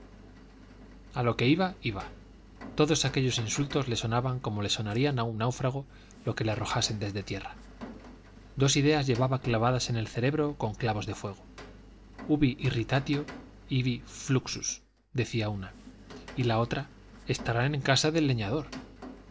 a lo que iba iba todos aquellos insultos le sonaban como le sonarían a un náufrago los que le arrojasen desde tierra dos ideas llevaba clavadas en el cerebro con clavos de fuego ubi irritatio ibi fluxus decía una y la otra estarán en la casa del leñador